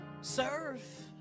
Serve